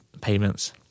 payments